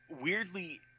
weirdly